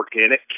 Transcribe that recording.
Organic